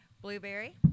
Blueberry